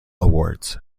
awards